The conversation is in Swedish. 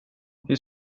hur